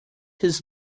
his